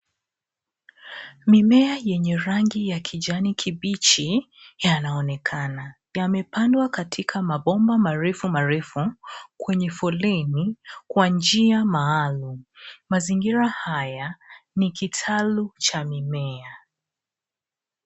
Mimea yenye rangi ya kijani kibichi yananaonekana. Yamepandwa katika mabomba marefu marefu kwenye foleni kwa njia maalum. Mazingira haya ni kitalu cha mimea.